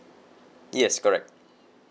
yes correct